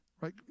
right